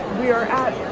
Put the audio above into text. we are at